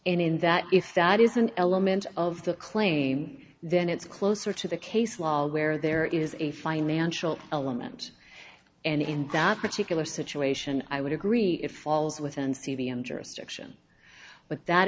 which in that if that is an element of the claim then it's closer to the case law where there is a financial element and in that particular situation i would agree it falls with